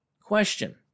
Question